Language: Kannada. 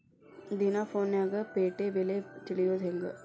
ದಿನಾ ಫೋನ್ಯಾಗ್ ಪೇಟೆ ಬೆಲೆ ತಿಳಿಯೋದ್ ಹೆಂಗ್?